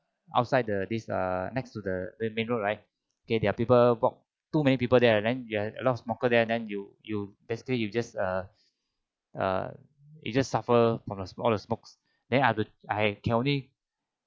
outside the this err next to the main road right there're people walk too many people there a lot of smoker there then you you basically you just err err you just suffer from the all the smokes then I have I can only